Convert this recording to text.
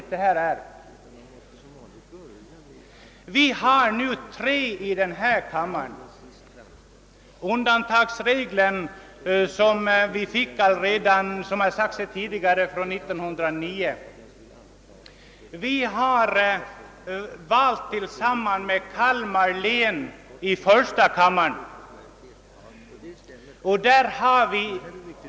Gotland har för närvarande tre ledamöter i denna kammare tack vare den undantagsregel vilken, såsom redan tidigare påpekats, tillkom år 1909. Beträffande förstakammarmandaten gäller att Gotlands och Kalmar län gemensamt utser representanter i samma val.